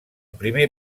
primer